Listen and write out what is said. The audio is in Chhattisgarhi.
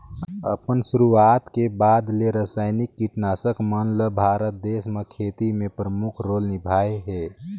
अपन शुरुआत के बाद ले रसायनिक कीटनाशक मन ल भारत देश म खेती में प्रमुख रोल निभाए हे